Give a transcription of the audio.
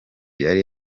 yari